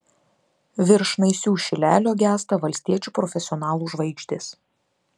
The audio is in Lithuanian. virš naisių šilelio gęsta valstiečių profesionalų žvaigždės